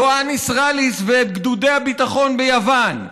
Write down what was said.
יואניס ראליס וגדודי הביטחון ביוון,